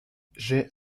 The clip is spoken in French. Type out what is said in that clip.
j’ai